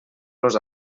los